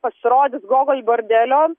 pasirodys gogol bordelio